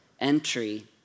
entry